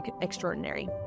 extraordinary